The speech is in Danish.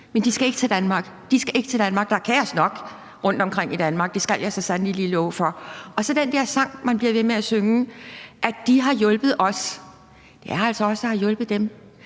men de skal ikke til Danmark – der er kaos nok rundtomkring i Danmark; det skal jeg så sandelig lige love for. Så er der den der sang, man bliver ved med at synge om, at de har hjulpet os. Det er altså os, der har hjulpet dem.